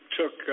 took